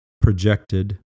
projected